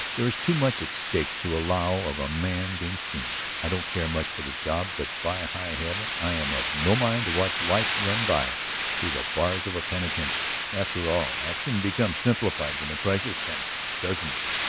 there is too much at stake to allow of a man being squeamish. i don't care much for the job, but by high heaven i am of no mind to watch life run by through the bars of a penitentiary. after all action becomes simplified when a crisis comes doesn't it?